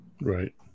right